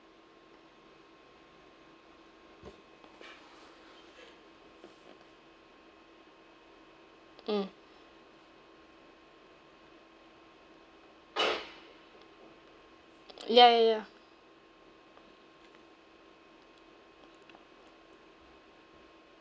mm ya ya ya